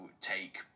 take